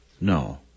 No